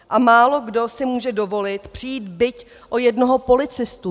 A málokdo si může dovolit přijít byť o jednoho policistu!